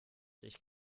sich